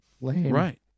Right